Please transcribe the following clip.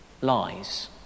Lies